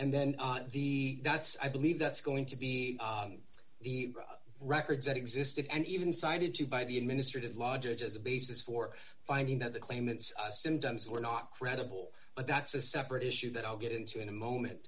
and then the that's i believe that's going to be the records that existed and even cited to by the administrative law judge as a basis for finding that the claimants symptoms were not credible but that's a separate issue that i'll get into in a moment